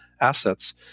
assets